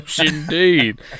indeed